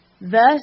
Thus